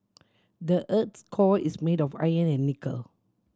the earth's core is made of iron and nickel